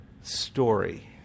story